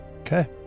okay